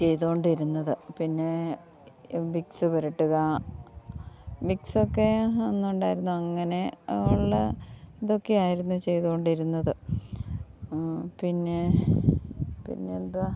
ചെയ്തു കൊണ്ടിരുന്നത് പിന്നെ ഈ വിക്സ് പുരട്ടുക വിക്സൊക്കെ അന്നുണ്ടായിരുന്നു അങ്ങനെ ഉള്ള ഇതൊക്കെയായിരുന്നു ചെയ്തു കൊണ്ടിരുന്നത് പിന്നെ പിന്നെന്താ